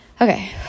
Okay